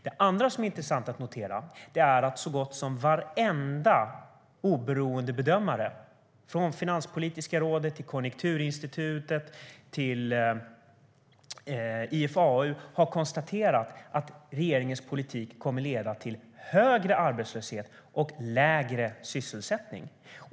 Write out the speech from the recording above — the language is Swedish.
Det andra som är intressant att notera är att så gott som varenda oberoende bedömare, från Finanspolitiska rådet och Konjunkturinstitutet till IFAU, har konstaterat att regeringens politik kommer att leda till högre arbetslöshet och lägre sysselsättning.